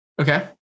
Okay